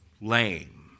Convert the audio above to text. lame